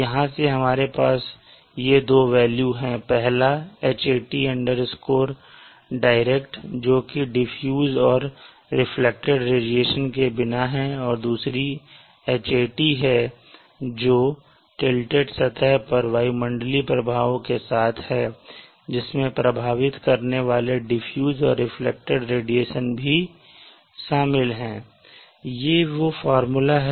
वहाँ से हमारे पास ये दो वेल्यू है पहला hat direct जो कि डिफ्यूज और रिफ्लेक्टेड रेडिएशन के बिना है और दूसरी Hat है जो टिल्टेड सतह पर वायुमंडलीय प्रभावों के साथ है जिसमें प्रभावित करने वाले डिफ्यूज और रिफ्लेक्टेड रेडिएशन भी शामिल हैं